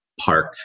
park